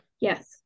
Yes